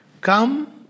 Come